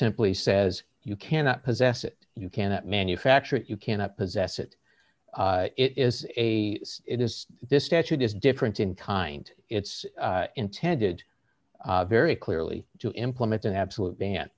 simply says you cannot possess it you cannot manufacture it you cannot possess it it is a it is this statute is different in kind it's intended very clearly to implement an absolute ban